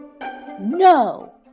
No